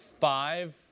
five